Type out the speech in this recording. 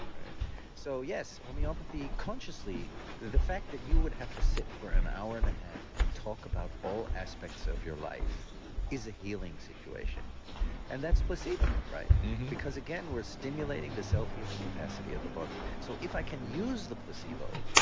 right so yes, homeopathy consciously, the fact that you would have to sit for an hour and a half and about all aspects of your life is a healing situation and that's placebo, right? mm-hmm because again, we're stimulating the self-healing capacity of the body. so if i can use the placebo,